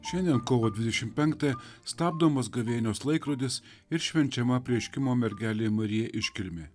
šiandien kovo dvidešim penktąją stabdomas gavėnios laikrodis ir švenčiama apreiškimo mergelei marijai iškilmė